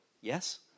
Yes